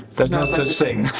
there's no such thing.